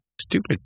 Stupid